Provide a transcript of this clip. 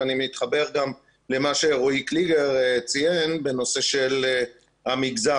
ואני מתחבר גם למה שרואי קליגר ציין בנושא של המגזר,